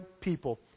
people